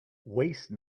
waste